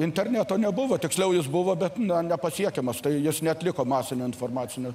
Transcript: interneto nebuvo tiksliau jis buvo bet na nepasiekiamas tai jis neatliko masinio informacinio